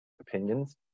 opinions